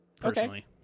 personally